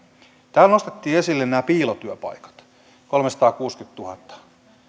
täällä nostettiin esille nämä piilotyöpaikat kolmesataakuusikymmentätuhatta